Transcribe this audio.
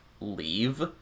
leave